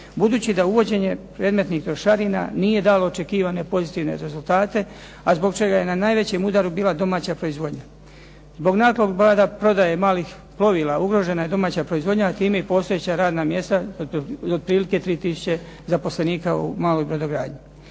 budući da uvođenje predmetnih trošarina nije dalo očekivane pozitivne rezultate a zbog čega je na najvećem udaru bila domaća proizvodnja. Zbog naglog broja prodaje malih plovila ugrožena je domaća proizvodnja a time i postojeća radna mjesta za otprilike 3 tisuće zaposlenika u maloj brodogradnji.